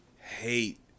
hate